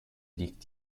liegt